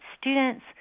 students